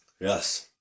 Yes